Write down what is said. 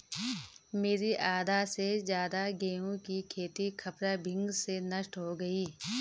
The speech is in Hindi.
मेरी आधा से ज्यादा गेहूं की खेती खपरा भृंग से नष्ट हो गई